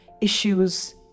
issues